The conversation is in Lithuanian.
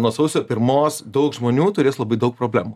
nuo sausio pirmos daug žmonių turės labai daug problemų